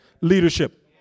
leadership